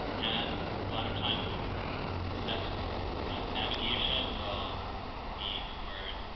and a lot of times that and navigation will be toward